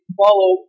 follow